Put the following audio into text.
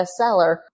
bestseller